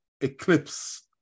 eclipse